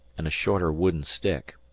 and a shorter wooden stick.